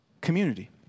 community